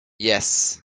yes